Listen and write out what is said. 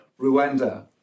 Rwanda